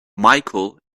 micheal